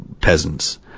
peasants